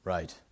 Right